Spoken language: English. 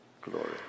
glory